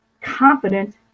confident